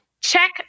check